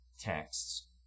texts